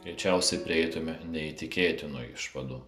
greičiausiai prieitume neįtikėtinų išvadų